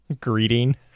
greeting